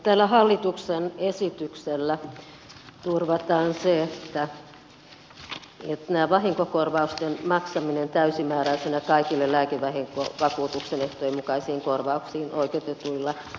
tällä hallituksen esityksellä turvataan se että näiden vahinkokorvausten maksaminen täysimääräisinä kaikille lääkevahinkovakuutuksen ehtojen mukaisiin korvauksiin oikeutetuille turvataan lailla